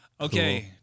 Okay